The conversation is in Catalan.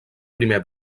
primer